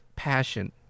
Passion